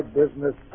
business